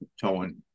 towing